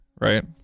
right